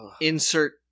insert